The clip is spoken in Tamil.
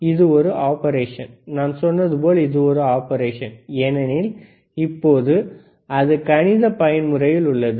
இது ஒரு ஆபரேஷன் நான் சொன்னது போல் இது ஒரு ஆபரேஷன் ஏனெனில் இப்போது அது கணித பயன்முறையில் உள்ளது